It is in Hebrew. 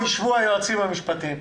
ישבו היועצים המשפטיים.